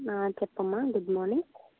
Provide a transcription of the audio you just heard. చెప్పమ్మ good morning